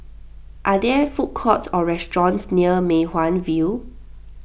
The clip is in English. are there food courts or restaurants near Mei Hwan View